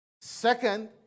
Second